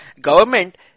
government